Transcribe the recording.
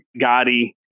Gotti